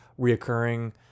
reoccurring